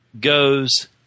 goes